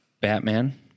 Batman